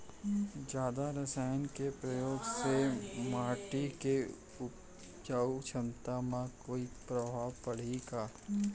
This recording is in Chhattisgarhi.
जादा रसायन के प्रयोग से माटी के उपजाऊ क्षमता म कोई प्रभाव पड़ही का?